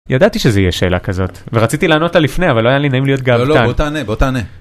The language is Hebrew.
ידעתי שזה יהיה שאלה כזאת, ורציתי לענות עליה לפני, אבל לא היה לי נעים להיות גאוותן. לא לא, בוא תענה, בוא תענה.